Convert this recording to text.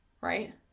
Right